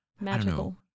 magical